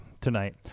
tonight